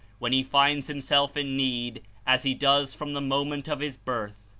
when he finds him self in need, as he does from the moment of his birth,